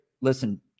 Listen